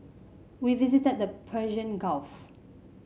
we visited the Persian Gulf